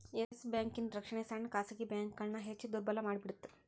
S ಬ್ಯಾಂಕಿನ್ ರಕ್ಷಣೆ ಸಣ್ಣ ಖಾಸಗಿ ಬ್ಯಾಂಕ್ಗಳನ್ನ ಹೆಚ್ ದುರ್ಬಲಮಾಡಿಬಿಡ್ತ್